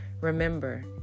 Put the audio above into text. Remember